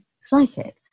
psychic